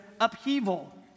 upheaval